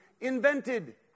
invented